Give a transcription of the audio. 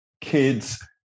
kids